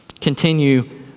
continue